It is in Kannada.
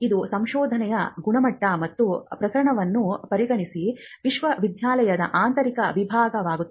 ಇದು ಸಂಶೋಧನೆಯ ಗುಣಮಟ್ಟ ಮತ್ತು ಪ್ರಮಾಣವನ್ನು ಪರಿಗಣಿಸಿ ವಿಶ್ವವಿದ್ಯಾಲಯದ ಆಂತರಿಕ ವಿಭಾಗವಾಗುತ್ತದೆ